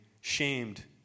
shamed